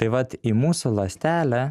tai vat į mūsų ląstelę